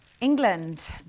England